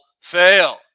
fail